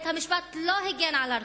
בית-המשפט לא הגן על הרכוש,